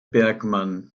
bergmann